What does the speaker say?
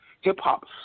Hip-hop